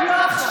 רק לא עכשיו,